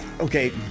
okay